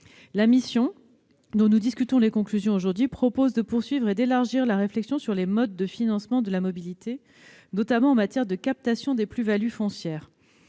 La mission dont nous discutons les conclusions aujourd'hui propose de poursuivre et d'élargir la réflexion sur les modes de financement de la mobilité, notamment en matière de captation des plus-values foncières.